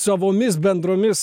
savomis bendromis